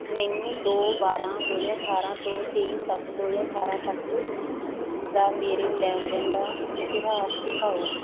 ਮੈਨੂੰ ਦੋ ਬਾਰਾਂ ਦੋ ਹਜ਼ਾਰ ਅਠਾਰਾਂ ਤੋਂ ਤੇਈ ਸੱਤ ਦੋ ਹਜ਼ਾਰ ਅਠਾਰਾਂ ਤੱਕ ਦਾ ਮੇਰੇ ਲੈਣ ਦੇਣ ਦਾ ਇਤਿਹਾਸ ਦਿਖਾਓ